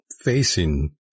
facing